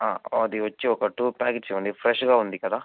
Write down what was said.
అది వచ్చి ఒక టు ప్యాకెట్స్ ఇవ్వండి ఫ్రెష్గా ఉంది కదా